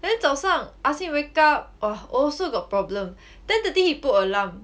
then 早上 ask him wake up !wah! also got problem ten thirty need put alarm